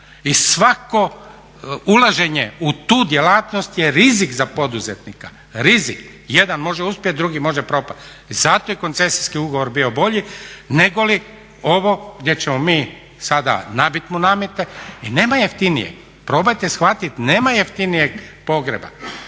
I svako ulaženje u tu djelatnost je rizik za poduzetnika. Jedan može uspjeti, drugi može propasti. I zato je koncesijski ugovor bio bolji negoli ovo gdje ćemo mi sada nabiti mu namete. I nema jeftinije, probajte shvatiti nema jeftinijeg pogreba,